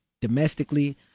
domestically